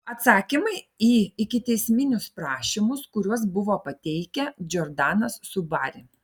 atsakymai į ikiteisminius prašymus kuriuos buvo pateikę džordanas su bari